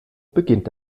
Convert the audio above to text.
beginnt